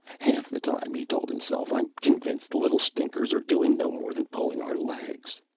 half the time, he told himself, i'm convinced the little stinkers are doing no more than pulling our legs.